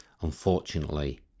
Unfortunately